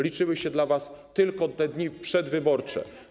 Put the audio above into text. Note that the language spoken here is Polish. Liczyły się dla was tylko te dni przedwyborcze.